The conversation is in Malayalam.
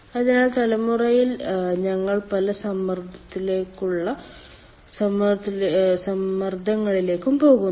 അതിനാൽ തലമുറയിൽ ഞങ്ങൾ പല സമ്മർദ്ദങ്ങളിലേക്കും പോകുന്നു